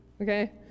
okay